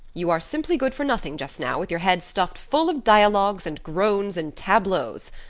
you are simply good for nothing just now with your head stuffed full of dialogues and groans and tableaus.